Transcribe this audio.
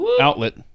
outlet